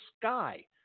sky